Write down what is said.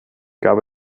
gab